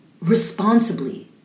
responsibly